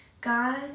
God